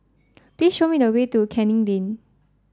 please show me the way to Canning Lane